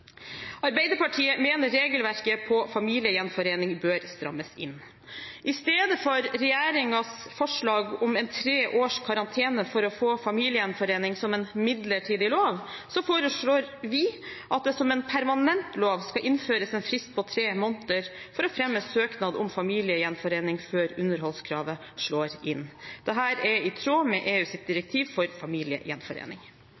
Arbeiderpartiet mener regelverket for familiegjenforening bør strammes inn. I stedet for regjeringens forslag om tre års karantene for å få familiegjenforening som en midlertidig lov foreslår vi at det som en permanent lov skal innføres en frist på tre måneder for å fremme søknad om familiegjenforening, før underholdskravet slår inn. Dette er i tråd med